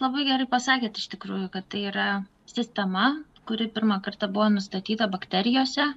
labai gerai pasakėt iš tikrųjų kad tai yra sistema kuri pirmą kartą buvo nustatyta bakterijose